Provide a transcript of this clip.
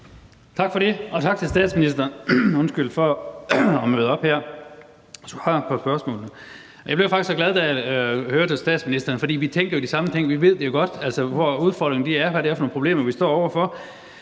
Tak for det, og tak til statsministeren for at møde op her og svare på spørgsmålene. Jeg blev faktisk så glad, da jeg hørte statsministeren, fordi vi jo tænker de samme ting; vi ved jo godt, hvor udfordringerne er, og hvad det er for nogle problemer, vi står over for.